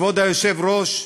כבוד היושב-ראש,